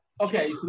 Okay